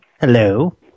Hello